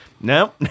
No